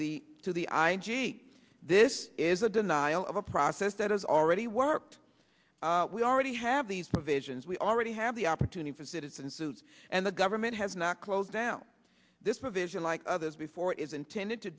the to the i g this is a denial of a process that has already worked we already have have these provisions we already have the opportunity for citizen suits and the government has not closed down this provision like others before is intended to